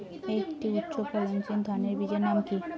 একটি উচ্চ ফলনশীল ধানের বীজের নাম কী?